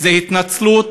זו התנצלות,